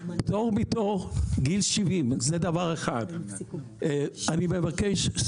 פטור מתור מגיל 70. אני מבקש,